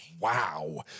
wow